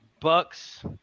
Bucks